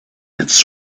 its